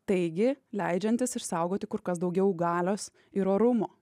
taigi leidžiantis išsaugoti kur kas daugiau galios ir orumo